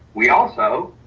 we also